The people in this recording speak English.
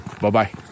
Bye-bye